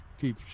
keep